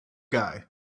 guy